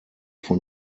von